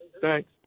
Thanks